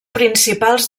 principals